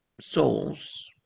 souls